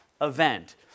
event